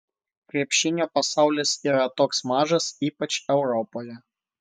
krepšinio pasaulis yra toks mažas ypač europoje